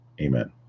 Amen